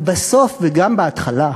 אבל בסוף, וגם בהתחלה,